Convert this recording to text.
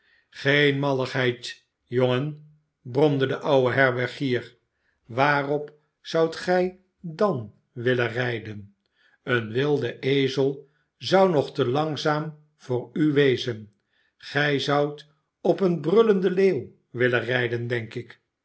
geene malligheid jongen bromde de oude herbergier waarop zoudt gij dan willen rijden een wilde ezel zou nog te langzaam voor u wezen gij zoudt op een brullenden leeuw willen rijden denk ik